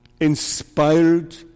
inspired